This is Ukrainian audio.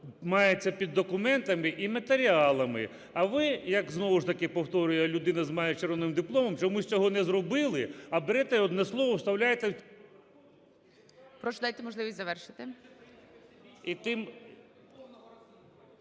мається під "документами" і "матеріалами". А ви як, знову ж таки повторюю, людина з майже червоним дипломом чомусь цього не зробили, а берете одне слово і вставляєте… ГОЛОВУЮЧИЙ. Прошу дайте можливість завершити.